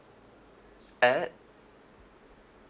at